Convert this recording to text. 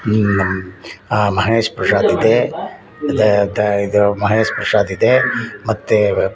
ನೀವು ನಮ್ಮ ಮಹೇಶ್ ಪ್ರಸಾದ್ ಇದೆ ಇದೆ ಮತ್ತು ಇದು ಮಹೇಶ್ ಪ್ರಸಾದ್ ಇದೆ ಮತ್ತು